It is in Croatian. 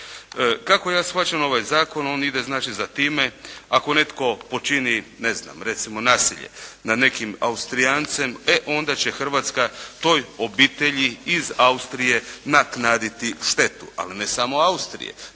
Kako ja shvaćam ovaj zakon on ide znači za time ako netko počini ne znam recimo nasilje nad nekim Austrijancem, e onda će Hrvatska toj obitelji iz Austrije naknaditi štetu. Ali ne samo Austrije,